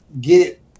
get